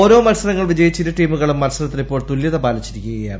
ഓരോ മത്സരങ്ങൾ വിജയിച്ച് ഇരു ടീമുകളും മത്സരത്തിൽ ഇപ്പോൾ തുല്യത പാലിച്ചിരിക്കുകയാണ്